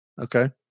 Okay